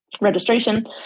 registration